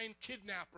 kidnapper